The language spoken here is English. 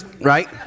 right